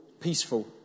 peaceful